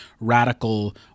radical